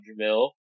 Jamil